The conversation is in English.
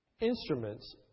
instruments